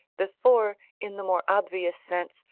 before, in the more obvious sense,